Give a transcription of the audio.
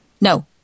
No